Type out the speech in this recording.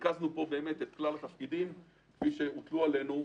ריכזנו פה את כלל התפקידים, כפי שהוטלו עלינו.